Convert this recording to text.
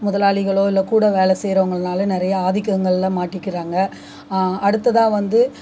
முதலாளிகளோ இல்லை கூட வேலை செய்கிறவங்கள்னால நிறைய ஆதிக்கங்களில் மாட்டிக்கிறாங்க அடுத்ததாக வந்து